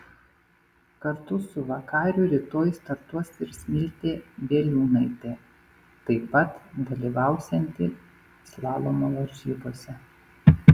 kartu su vakariu rytoj startuos ir smiltė bieliūnaitė taip pat dalyvausianti slalomo varžybose